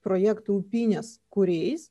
projektų upynės kūrėjais